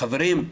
חברים,